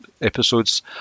episodes